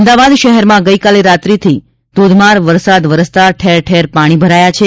અમદાવાદ શહેરમાં ગઇકાલે રાત્રેથી ધોધમાર વરસાદ વરસતા ઠેર ઠેર પાણી ભરાયા છે